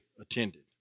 attended